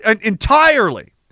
Entirely